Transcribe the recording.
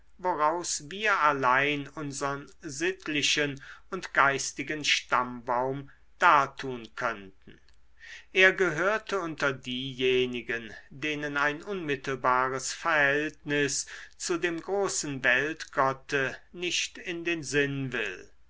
woraus wir allein unsern sittlichen und geistigen stammbaum dartun könnten er gehörte unter diejenigen denen ein unmittelbares verhältnis zu dem großen weltgotte nicht in den sinn will